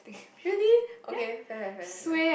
really okay fine fine fine fine